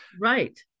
Right